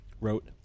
wrote